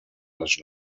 les